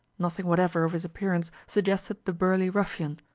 nothing whatever of his appearance suggested the burly ruffian,